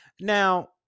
Now